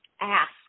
ask